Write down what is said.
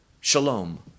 Shalom